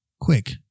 quick